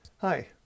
Hi